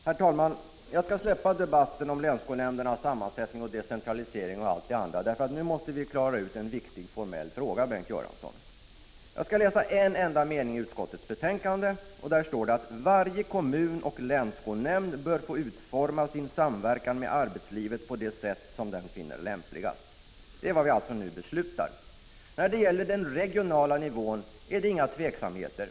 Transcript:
Herr talman! Jag skall släppa debatten om länsskolnämndernas sammansättning, om decentralisering osv. Nu måste vi nämligen klara ut en viktig formell fråga, Bengt Göransson. Jag skall läsa en enda mening ur utskottets betänkande. Där står det: ”Varje kommun och länsskolnämnd bör få utforma sin samverkan med arbetslivet på det sätt som den finner lämpligast.” Det är vad vi nu beslutar. När det gäller den regionala nivån är det inga oklarheter.